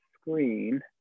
screen